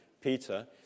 Peter